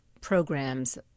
programs